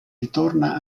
ritorna